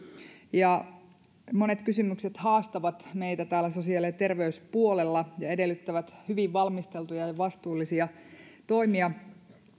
ja monet kysymykset haastavat meitä täällä sosiaali ja terveyspuolella ja edellyttävät hyvin valmisteltuja ja vastuullisia toimia